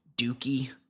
Dookie